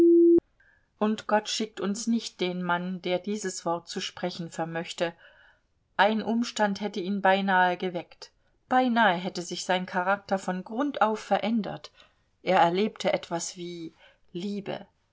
und gott schickt uns nicht den mann der dieses wort zu sprechen vermöchte ein umstand hätte ihn beinahe geweckt beinahe hätte sich sein charakter von grund auf verändert er erlebte etwas wie liebe